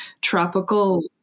tropical